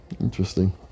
Interesting